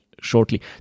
shortly